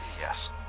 Yes